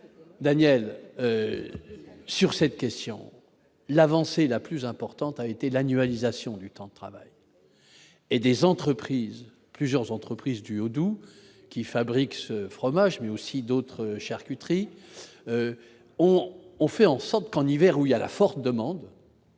Daniel. Sur cette question, l'avancée la plus importante a été l'annualisation du temps de travail et des entreprises, plusieurs entreprises du Haut-Doubs qui fabrique ce fromage mais aussi d'autres charcuteries, on fait en sorte qu'en hiver, où il y a la forte demande